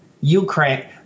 Ukraine